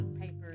papers